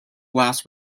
last